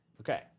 Okay